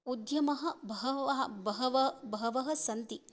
उद्यमाः बहवः बहव बहवः सन्ति